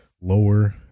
lower